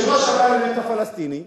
זורק את אנשי ה"פתח" מהגגות.